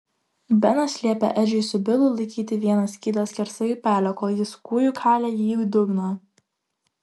benas liepė edžiui su bilu laikyti vieną skydą skersai upelio kol jis kūju kalė jį į dugną